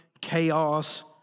chaos